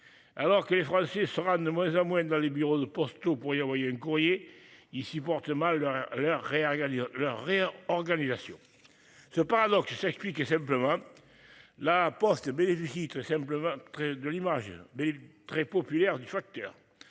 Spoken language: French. Alors que les Français sera de moins en moins dans les bureaux de poste ou pour y envoyer un courrier. Il supporte mal leur réagit à lire leurs. Organisation ce paradoxe s'explique simplement. La Poste bénéficie tout simplement de l'image mais très populaire du facteur